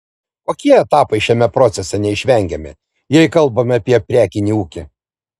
kokie etapai šiame procese neišvengiami jei kalbame apie prekinį ūkį